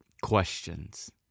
questions